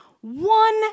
One